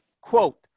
Quote